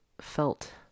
felt